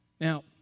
Now